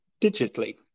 digitally